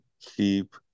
keep